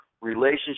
relationship